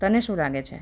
તને શું લાગે છે